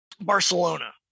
Barcelona